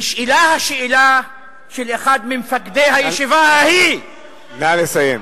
נשאלה השאלה של אחד ממפקדי הישיבה ההיא, נא לסיים.